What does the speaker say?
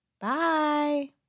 Bye